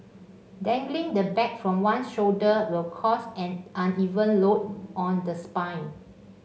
dangling the bag from one shoulder will cause an uneven load on the spine